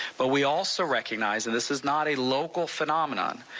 but we also recognize and this is not a local phenomenon,